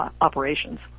operations